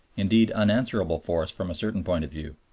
indeed unanswerable force from a certain point of view.